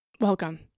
welcome